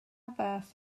fath